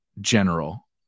general